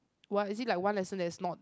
what it is like one lesson that is not